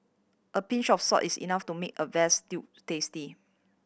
a pinch of salt is enough to make a vast stew tasty